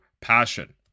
passion